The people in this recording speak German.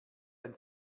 ein